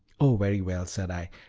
oh, very well, said i,